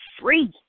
free